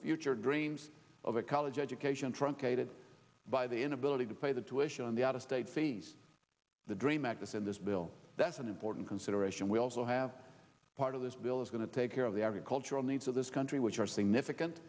future dreams of a college education truncated by the inability to pay the tuition on the out of state fees the dream act is in this bill that's an important consideration we also have part of this bill is going to take care of the agricultural needs of this country which are significant